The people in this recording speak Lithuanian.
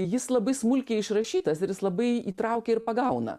jis labai smulkiai išrašytas ir jis labai įtraukia ir pagauna